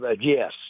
Yes